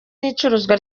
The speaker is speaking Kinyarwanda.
n’icuruzwa